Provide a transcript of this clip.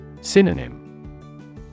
Synonym